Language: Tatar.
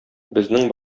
безнең